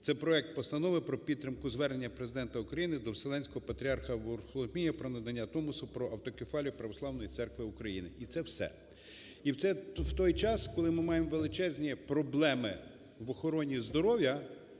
це Проект Постанови про підтримку звернення Президента України до Вселенського Патріарха Варфоломія про надання Томосу про автокефалію Православної Церкви України. І це все. І це в той час, коли ми маємо величезні проблеми в охороні здоров'я,